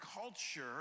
culture